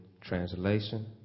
Translation